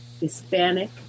Hispanic